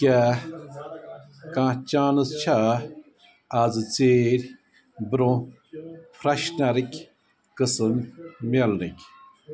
کیٛاہ کانٛہہ چانَس چھا اَز ژیٖرۍ برٛونٛہہ فرٛیٚشنَرٕکۍ قٕسٕم میلنٕکۍ